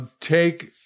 take